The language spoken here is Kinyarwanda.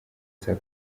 saa